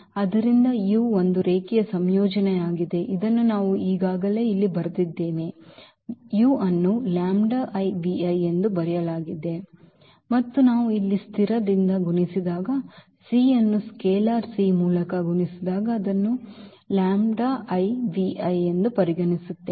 ಆದ್ದರಿಂದ ಈ ಒಂದು ರೇಖೀಯ ಸಂಯೋಜನೆಯಾಗಿದೆ ಇದನ್ನು ನಾವು ಈಗಾಗಲೇ ಇಲ್ಲಿ ಬರೆದಿದ್ದೇವೆ u ಅನ್ನು ಎಂದು ಬರೆಯಲಾಗಿದೆ ಮತ್ತು ನಾವು ಇಲ್ಲಿ ಸ್ಥಿರದಿಂದ ಗುಣಿಸಿದಾಗ c ಅನ್ನು ಸ್ಕೇಲಾರ್ c ಮೂಲಕ ಗುಣಿಸಿದಾಗ ಆಗ ಏನಾಗುತ್ತದೆ